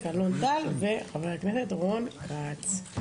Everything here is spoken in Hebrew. אלון טל ורון כץ.